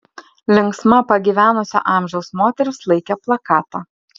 linksma pagyvenusio amžiaus moteris laikė plakatą